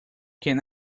can